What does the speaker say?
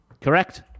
Correct